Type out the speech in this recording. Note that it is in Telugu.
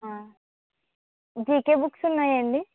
జీకే బుక్స్ ఉన్నాయండి